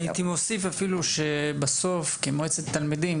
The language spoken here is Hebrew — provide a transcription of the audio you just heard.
הייתי מוסיף אפילו כמועצת תלמידים,